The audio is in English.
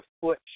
foot